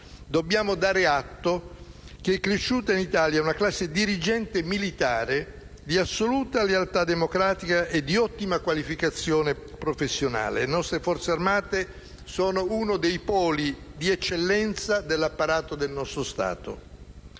Dobbiamo dare atto che è cresciuta in Italia una classe dirigente militare di assoluta lealtà democratica e di ottima qualificazione professionale. Le nostre Forze armate sono uno dei poli di eccellenza dell'apparato del nostro Stato